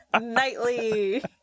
Nightly